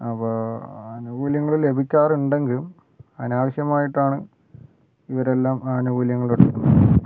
അപ്പോൾ ആനുകൂല്യങ്ങള് ലഭിക്കാറുണ്ടെങ്കിലും അനാവശ്യമായിട്ടാണ് ഇവരെല്ലാം ആനുകൂല്യങ്ങൾ എടുക്കുന്നത്